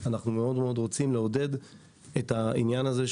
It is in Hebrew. אנחנו מאוד רוצים לעודד את העניין הזה.